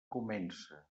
comence